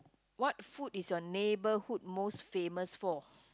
what food is your neighbourhood most famous for